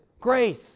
Grace